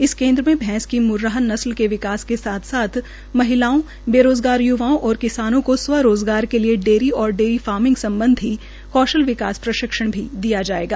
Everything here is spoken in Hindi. इस केन्द्र में भैंस की मुरराह नस्ल के विकास के साथ साथ् महिलाओं बेरोजगारों य्वाओं और किसानों को स्व रोजगार के लिए डेयरी और डेयरी फार्मिंग सम्बधी कौशल विकास प्रशिक्षण दिया जायेगा